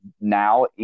now